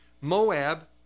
Moab